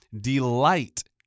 delight